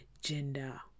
gender